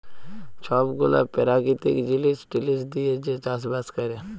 ছব গুলা পেরাকিতিক জিলিস টিলিস দিঁয়ে যে চাষ বাস ক্যরে